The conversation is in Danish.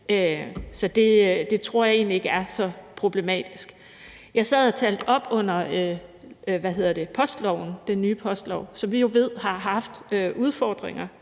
Så det tror jeg egentlig ikke er så problematisk. Jeg sad og talte op under postloven, den nye postlov, som vi jo ved har haft udfordringer